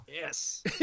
Yes